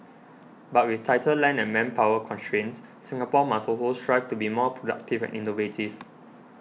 but with tighter land and manpower constraints Singapore must also strive to be more productive and innovative